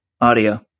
audio